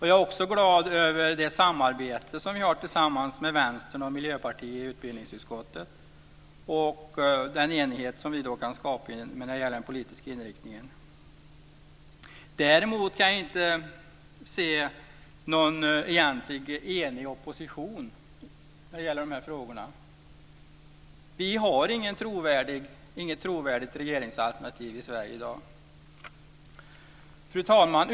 Jag är också glad över det samarbete vi har tillsammans med Vänstern och Miljöpartiet i utbildningsutskottet och den enighet vi kan skapa när det gäller den politiska inriktningen. Däremot kan jag inte se någon egentlig enig opposition när det gäller de här frågorna. Vi har inget trovärdigt regeringsalternativ i Sverige i dag. Fru talman!